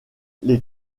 les